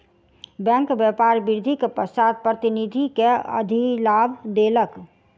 bank व्यापार वृद्धि के पश्चात प्रतिनिधि के अधिलाभ देलक